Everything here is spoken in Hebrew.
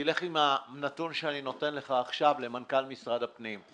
תלך עם הנתון שאני נותן לך עכשיו למנכ"ל משרד הפנים.